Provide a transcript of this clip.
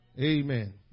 Amen